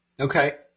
Okay